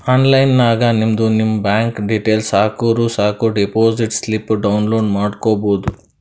online ನಾಗ್ ನಿಮ್ದು ನಿಮ್ ಬ್ಯಾಂಕ್ ಡೀಟೇಲ್ಸ್ ಹಾಕುರ್ ಸಾಕ್ ಡೆಪೋಸಿಟ್ ಸ್ಲಿಪ್ ಡೌನ್ಲೋಡ್ ಮಾಡ್ಕೋಬೋದು